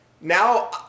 now